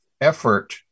effort